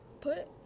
put